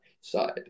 side